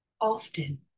Often